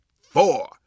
four